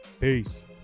Peace